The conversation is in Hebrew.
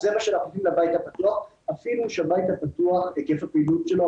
זה מה שאנחנו נותנים לבית הפתוח אפילו שהיקף הפעילות שלו,